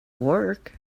work